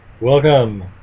welcome